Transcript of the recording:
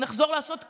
נחזור לעשות קניות,